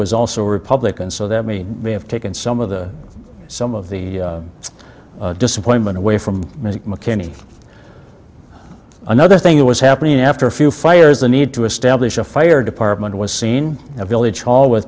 was also republican so that means they have taken some of the some of the disappointment away from mckinney another thing that was happening after a few fires the need to establish a fire department was seen in a village hall with